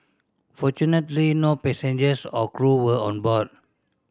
fortunately no passengers or crew were on board